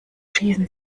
schießen